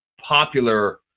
popular